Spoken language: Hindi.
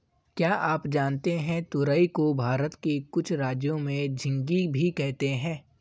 क्या आप जानते है तुरई को भारत के कुछ राज्यों में झिंग्गी भी कहते है?